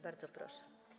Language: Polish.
Bardzo proszę.